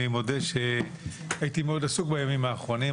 אני מודה שהייתי עסוק מאוד בימים האחרונים,